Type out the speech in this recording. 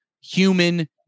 human